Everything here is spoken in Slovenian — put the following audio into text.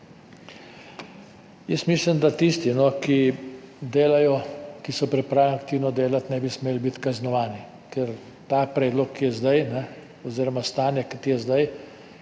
Jaz mislim, da tisti, ki delajo, ki so pripravljeni aktivno delati, ne bi smeli biti kaznovani, ker ta predlog, ki je zdaj, oziroma stanje, ki je zdaj,